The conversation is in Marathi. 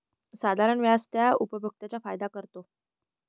साधारण व्याज त्या उपभोक्त्यांचा फायदा करतो